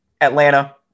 Atlanta